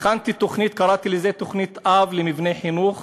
הכנתי תוכנית, קראתי לזה תוכנית-אב למבני חינוך